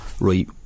right